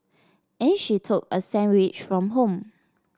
and she took a sandwich from home